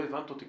לא הבנת אותי.